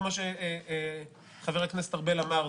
כמו שחבר הכנסת ארבל אמר,